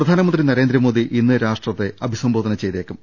പ്രധാനമന്ത്രി നരേന്ദ്രമോദി ഇന്ന് രാഷ്ട്രത്തെ അഭിസംബോധന ചെയ്തേക്കും